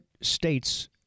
states